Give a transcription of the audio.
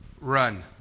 Run